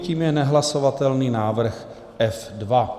Tím je nehlasovatelný návrh F2.